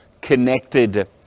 Connected